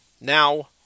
now